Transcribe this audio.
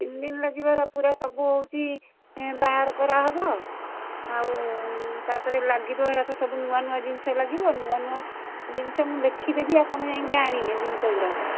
ତିନି ଦିନ ଲାଗିବ ଏରା ସବୁ ହେଉଛି ବାହାର କରାହବ ଆଉ ତା'ପରେ ଲାଗିବ ହେରାକ ସବୁ ନୂଆ ନୂଆ ଜିନିଷ ଲାଗିବ ନୂଆ ନୂଆ ଜିନିଷ ମୁଁ ଲେଖି ଦେବି ଆପଣ ଯାଇଁକି ଆଣିବେ ଜିନିଷ ଗୁଡ଼ାକ